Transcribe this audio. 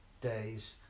days